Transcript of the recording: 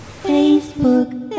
Facebook